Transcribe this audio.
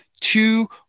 two